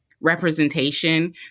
representation